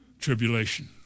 tribulation